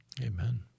Amen